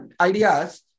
ideas